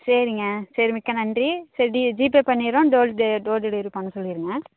சரிங்க சரி மிக்க நன்றி சரி டி ஜிபே பண்ணிடுறோம் டோர் டெ டோர் டெலிவரி பண்ண சொல்லிருங்க